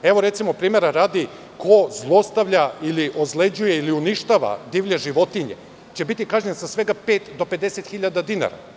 Evo recimo, primera radi, ko zlostavlja ili ozleđuje ili uništava divlje životinje će biti kažnjen sa svega pet do 50 hiljada dinara.